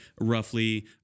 roughly